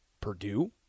Purdue